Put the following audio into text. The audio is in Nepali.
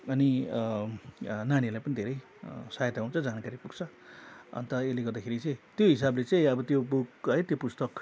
अनि नानीहरूलाई पनि धेरै सहायता हुन्छ जानकारी पुग्छ अन्त यसले गर्दाखेरि चाहिँ त्यही हिसाबले चाहिँ अब त्यो बुक है त्यो पुस्तक